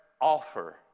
offer